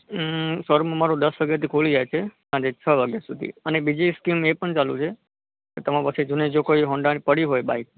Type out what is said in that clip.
મમ શોરૂમ અમારું દસ વાગેથી ખૂલી જાય છે અને છ વાગ્યા સુધી અને બીજી સ્કીમ એ પણ ચાલું છે કે તમારી પાસે જૂની કોઈ હોન્ડાની પડી હોય બાઇક